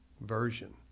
version